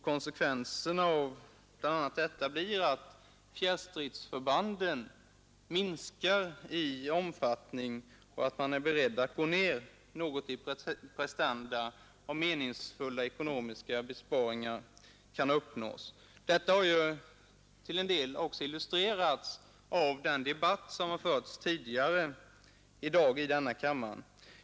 Konsekvensen av bl.a. detta blir att fjärrstridsförbanden minskar i omfattning och att man är beredd att gå ner något i prestanda om meningsfulla ekonomiska besparingar kan uppnås. Detta har till en del också illustrerats av den debatt som förts tidigare i dag i denna kammare.